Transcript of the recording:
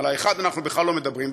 על האחד אנחנו בכלל לא מדברים,